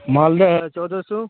مالدہ ہے چودہ سو